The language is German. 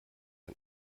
ein